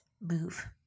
move